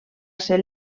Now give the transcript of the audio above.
ser